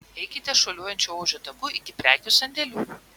eikite šuoliuojančio ožio taku iki prekių sandėlių